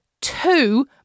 two